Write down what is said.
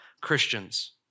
Christians